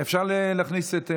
אפשר להכניס את מאי?